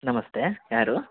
ನಮಸ್ತೆ ಯಾರು